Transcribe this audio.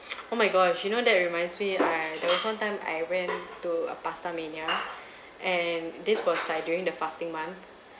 oh my gosh you know that reminds me I it was one time I went to a pastamania and this was like during the fasting month